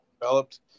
developed